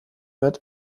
wird